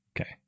Okay